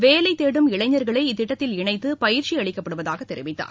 வேலை தேடும் இளைஞர்களை இத்திட்டத்தில் இணைத்து பயிற்சி அளிக்கப்படுவதாக தெரிவித்தார்